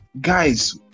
guys